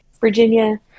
Virginia